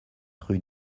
rue